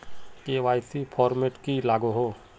KYC format की लागोहो?